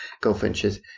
goldfinches